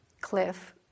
cliff